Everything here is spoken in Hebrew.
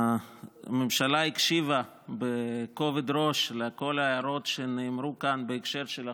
הממשלה הקשיבה בכובד ראש לכל ההערות שנאמרו כאן בהקשר של החוק.